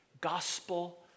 gospel